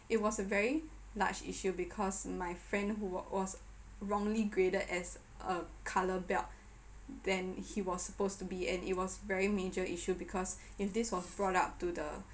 it was a very large issue because my friend who was wrongly graded as a colour belt than he was supposed to be and it was very major issue because if this was brought up to the